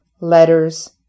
letters